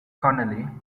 connolly